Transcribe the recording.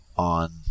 on